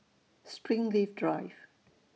Springleaf Drive